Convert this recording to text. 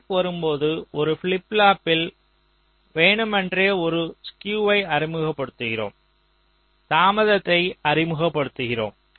clock வரும் ஒரு flip ஃப்ளாப்பில் வேண்டுமென்றே ஒரு ஸ்குயுவை அறிமுகப்படுத்துகிறோம் தாமதத்தை அறிமுகப்படுத்துகிறோம்